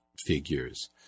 figures